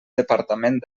departament